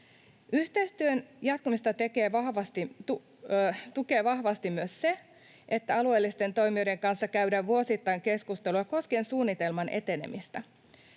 Yhteistyön jatkumista tukee vahvasti myös se, että alueellisten toimijoiden kanssa käydään vuosittain keskustelua koskien suunnitelman etenemistä.